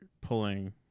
pulling